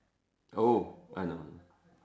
oh I know I know